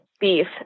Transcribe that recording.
beef